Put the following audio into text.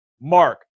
Mark